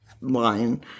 line